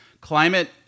Climate